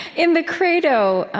in the credo